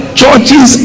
churches